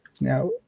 Now